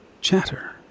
chatter